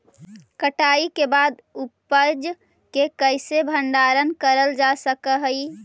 कटाई के बाद उपज के कईसे भंडारण करल जा सक हई?